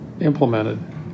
implemented